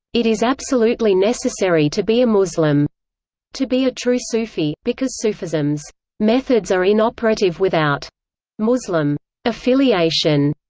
it is absolutely necessary to be a muslim to be a true sufi, because sufism's methods are inoperative without muslim affiliation.